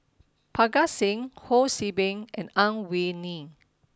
Parga Singh Ho See Beng and Ang Wei Neng